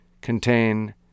contain